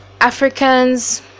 africans